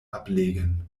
ablegen